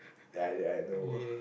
I I no